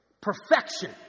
perfection